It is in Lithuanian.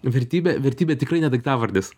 vertybė vertybė tikrai ne daiktavardis